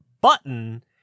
button